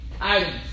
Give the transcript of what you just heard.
items